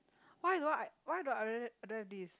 why don't I why don't I don't have this